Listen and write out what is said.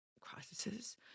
crises